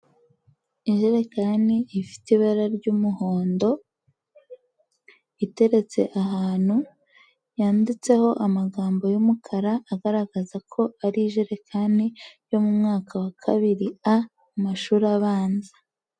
Ijerekani ifite ibara ry'umuhondo, iteretse ahantu yanditseho amagambo y'umukara agaragaza ko ari ijerekani yo mu mwaka wa kabiri A mu mashuri abanza.